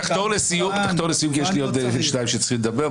תחתור לסיום כי יש עוד שניים שצריכים לדבר,